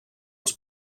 els